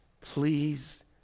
please